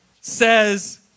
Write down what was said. says